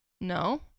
No